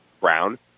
Brown